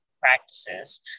practices